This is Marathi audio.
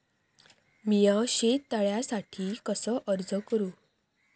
मीया शेत तळ्यासाठी कसो अर्ज करू?